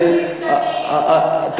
הבעיה היא קרן ההשקעות לעסקים קטנים.